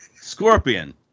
Scorpion